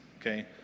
okay